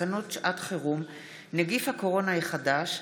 תקנות שעת חירום (נגיף הקורונה החדש,